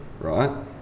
right